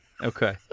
Okay